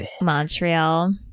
Montreal